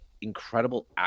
incredible